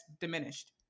diminished